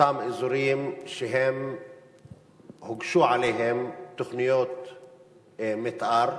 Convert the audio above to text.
באזורים שהוגשו לגביהם תוכניות מיתאר,